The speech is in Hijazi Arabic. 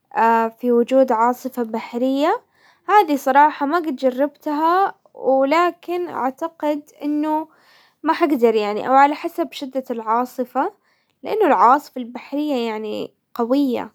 في وجود عاصفة بحرية هذي صراحة ما قد جربتها، ولكن اعتقد انه ما حقدر يعني او على حسب شدة العاصفة، لانه العاصفة البحرية يعني قوية.